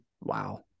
Wow